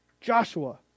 Joshua